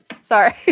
Sorry